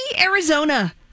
Arizona